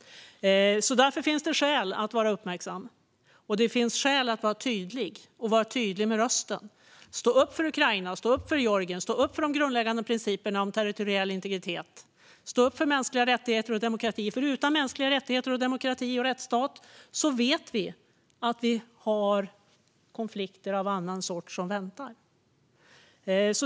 Därför finns det skäl att vara uppmärksam. Det finns skäl att med tydlig röst stå upp för Ukraina, Georgien och de grundläggande principerna om territoriell integritet. Det handlar om att stå upp för mänskliga rättigheter och demokrati, för utan dem och utan rättsstatens principer vet vi att konflikter av annan sort väntar.